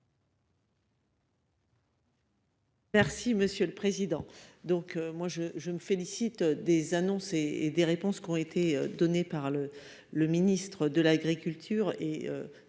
Merci monsieur le président, donc moi je, je me félicite des annonces et et des réponses qui ont été données par le le ministre de l'Agriculture